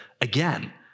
again